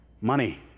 money